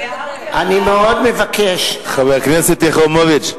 אני הערתי לכם הערות.